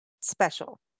special